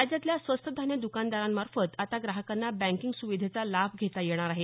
राज्यातल्या स्वस्त धान्य दुकानदारांमार्फत आता ग्राहकांना बँकींग सुविधेचा लाभ घेता येणार आहे